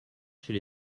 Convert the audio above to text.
chez